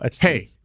Hey